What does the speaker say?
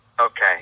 Okay